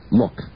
look